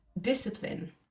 discipline